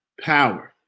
power